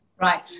Right